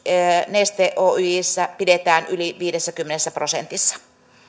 neste oyjssä pidetään yli viidessäkymmenessä prosentissa